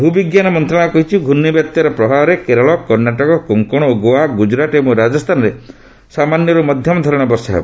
ଭୂବିଜ୍ଞାନ ମନ୍ତ୍ରଣାଳୟ କହିଛି ପ୍ରର୍ଷିବାତ୍ୟାର ପ୍ରଭାବରେ କେରଳ କର୍ଷାଟକ କୋଙ୍କଣ ଓ ଗୋଆ ଗୁକୁରାଟ୍ ଏବଂ ରାଜସ୍ଥାନରେ ସାମାନ୍ୟରୁ ମଧ୍ୟମ ଧରଣର ବର୍ଷା ହେବ